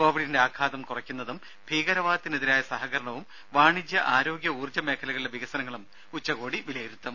കൊവിഡിന്റെ ആഘാതം കുറയ്ക്കുന്നതും ഭീകരവാദത്തിനെതിരായ സഹകരണവും വാണിജ്യ ആരോഗ്യ ഊർജ്ജ മേഖലകളിലെ വികസനങ്ങളും ഉച്ചകോടി വിലയിരുത്തും